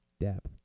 depth